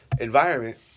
environment